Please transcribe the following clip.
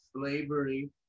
slavery